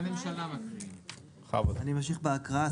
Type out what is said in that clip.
אני ממשיך בהקראה.